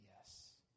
yes